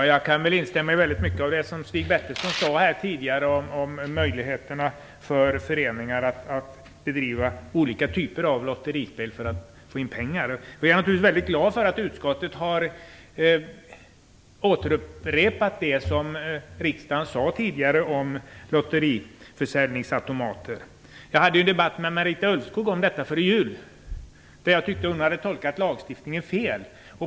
Herr talman! Jag kan instämma i väldigt mycket av det som Stig Bertilsson sade här om föreningars möjligheter att bedriva olika typer av lotterispel för att få in pengar. Jag är naturligtvis väldigt glad över att utskottet har återupprepat det som riksdagen tidigare sagt om lotteriförsäljningsautomater. Före jul hade jag en debatt om detta med Marita Ulvskog. Jag tyckte att hon hade tolkat lagstiftningen fel.